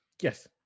Yes